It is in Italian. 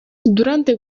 durante